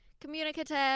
Communicative